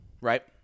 right